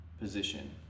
position